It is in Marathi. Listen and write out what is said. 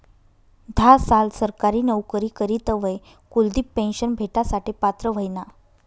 धा साल सरकारी नवकरी करी तवय कुलदिप पेन्शन भेटासाठे पात्र व्हयना